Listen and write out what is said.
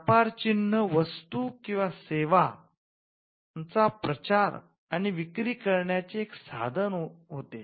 व्यापार चिन्ह वस्तू आणि सेवांचा प्रचार आणि विक्री करण्याचे एक साधन होते